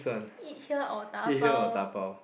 eat here or dabao